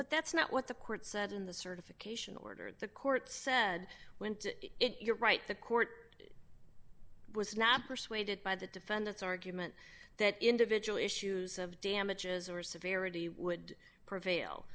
but that's not what the court said in the certification order the court said went it right the court was not persuaded by the defendant's argument that individual issues of damages or severity would prevail